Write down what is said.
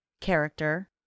Character